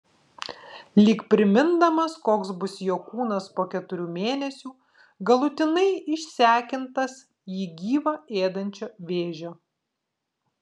lyg primindamas koks bus jo kūnas po keturių mėnesių galutinai išsekintas jį gyvą ėdančio vėžio